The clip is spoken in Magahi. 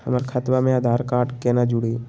हमर खतवा मे आधार कार्ड केना जुड़ी?